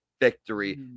victory